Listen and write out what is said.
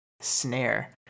Snare